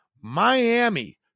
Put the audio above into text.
Miami